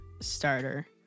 starter